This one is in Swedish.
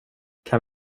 kan